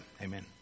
Amen